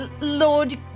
Lord